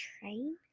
train